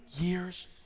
years